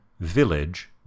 Village